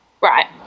right